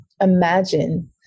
imagine